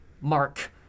Mark